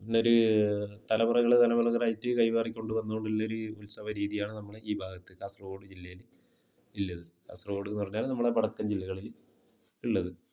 എന്നൊരു തലമുറകൾ തലമുറകളായിട്ട് കൈമാറി കൊണ്ട് വന്നോണ്ടുള്ള ഒരു ഉത്സവ രീതിയാണ് നമ്മളെ ഈ ഭാഗത്ത് കാസർഗോഡ് ജില്ലയിൽ ഇല്ലത് കാസർകോഡ്ന്ന് പറഞ്ഞാൽ നമ്മുടെ വടക്കൻ ജില്ലകളിൽ ഉള്ളത്